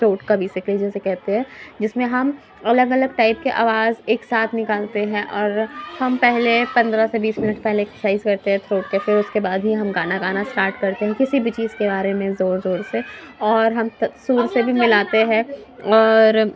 throat کا بھی کہتے ہے جس میں ہم الگ الگ ٹائپ کے آواز ایک ساتھ نکالتے ہیں اور ہم پہلے پندرہ سے بیس منٹ پہلے اکسرسائز کرتے ہیں تھروٹ کے پھر اس کے بعد ہی ہم گانا گانا اسٹارٹ کرتے ہیں کسی بھی چیز کے بارے میں زور زور سے اور ہم سُر سے بھی ملاتے ہیں اور